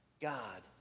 God